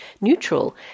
neutral